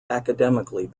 academically